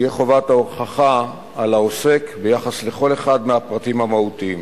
תהיה חובת ההוכחה על העוסק ביחס לכל אחד מהפרטים המהותיים.